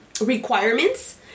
requirements